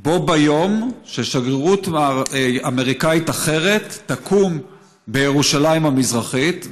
בו ביום ששגרירות אמריקנית אחרת תקום בירושלים המזרחית.